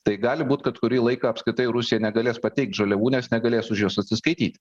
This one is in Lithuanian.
tai gali būt kad kurį laiką apskritai rusija negalės pateikt žaliavų nes negalės už juos atsiskaityt